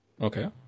Okay